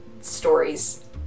stories